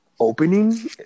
opening